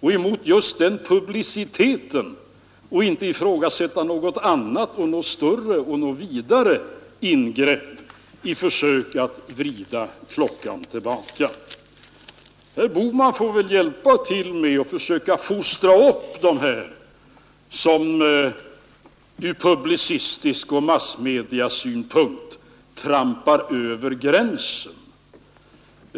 och mot just den publiciteten och inte ifrågasätta något annat, större och vidare ingrepp i försök att vrida klockan tillbaka hjälpa till med att försöka fostra dem som i publi Herr Bohman får väl isk och massmediaframträdande trampar över gränsen.